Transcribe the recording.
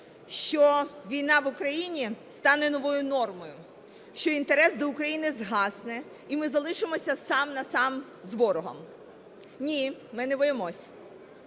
що війна в Україні стане новою нормою, що інтерес до України згасне, і ми залишимося сам-на-сам з ворогом? Ні, ми не боїмося.